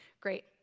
Great